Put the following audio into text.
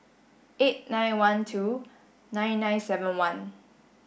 eight nine one two nine nine seven one